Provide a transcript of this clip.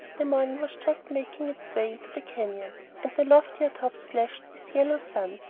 the morning was just making its way into the canyon and the loftier tops flashed with yellow sun,